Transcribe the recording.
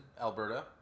Alberta